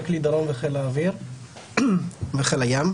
פרקליט דרום בחיל האוויר ובחיל הים,